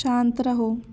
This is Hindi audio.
शांत रहो